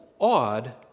odd